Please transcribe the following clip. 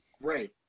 right